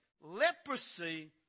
leprosy